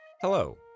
Hello